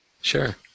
Sure